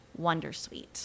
wondersuite